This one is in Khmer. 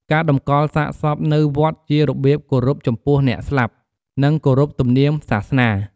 ការតម្កលសាកសពនៅវត្តជារបៀបគោរពចំពោះអ្នកស្លាប់និងគោរពទំនៀមសាសនា។